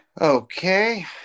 okay